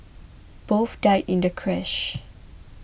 both died in the crash